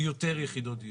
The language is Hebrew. יותר יחידות דיור.